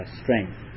strength